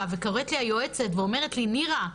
וקוראת לי היועצת ואומרת לי: נירה,